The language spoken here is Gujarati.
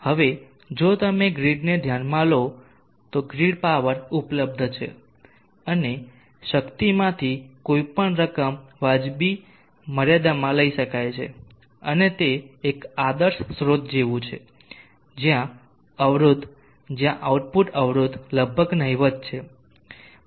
હવે જો તમે ગ્રીડને ધ્યાનમાં લો તો ગ્રીડ પાવર ઉપલબ્ધ છે અને શક્તિમાંથી કોઈ પણ રકમ વાજબી મર્યાદામાં લઈ શકાય છે અને તે એક આદર્શ સ્ત્રોત જેવું છે જ્યાં અવરોધ જ્યાં આઉટપુટ અવરોધ લગભગ નહિવત્ છે